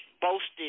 boasted